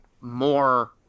more